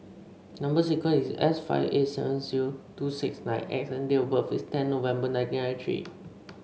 number sequence is S five eight seven zero two six nine X and date of birth is ten November nineteen ninety three